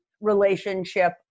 relationship